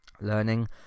Learning